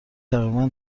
تقریبا